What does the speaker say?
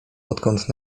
odkąd